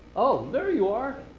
oh, there you are.